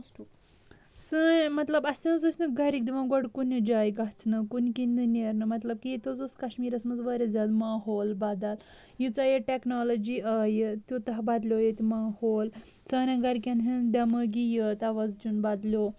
سٲنۍ مطلب اسہِ نہ حظ ٲسۍ نہٕ گرِکۍ دِوان گۄڈٕ کُنہِ جایہِ گژھنہٕ کُنہِ کِنۍ نہٕ نیرنہِ مطلب کہِ ییٚتہِ حظ اوس کَشمیٖرس منٛز واریاہ زیادٕ ماحول بدل یٖژہ ییٚتہِ ٹیٚکنالوجی آیہِ توٗتاہ بدلیو ییٚتہِ ماحول سانین گرِکٮ۪ن ہٕنٛز دٮ۪مٲغی توازُن بدلیو